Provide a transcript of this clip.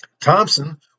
Thompson